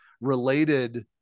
related